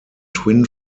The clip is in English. twin